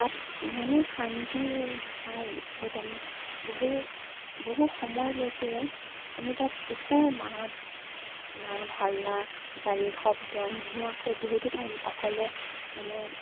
তাত ইমানেই শন্তিৰ ঠাই য'ত আমি বহু বহু সময়লৈকে আমি তাত একো মাত মাত হাল্লা গাড়ীৰ শব্দ নোহোৱাকৈ বহুতো টাইম অকলে মানে